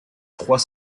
trois